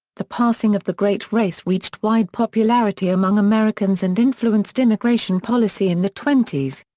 the passing of the great race reached wide popularity among americans and influenced immigration policy in the twenties.